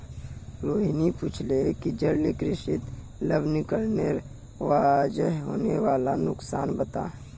रोहिणी पूछले कि जलीय कृषित लवणीकरनेर वजह होने वाला नुकसानक बता